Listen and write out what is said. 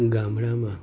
ગામડામાં